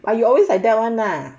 but you always like that [one] lah